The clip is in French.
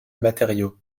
matériaux